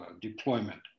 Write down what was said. deployment